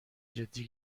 جدی